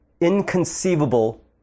inconceivable